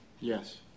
yes